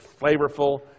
flavorful